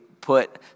put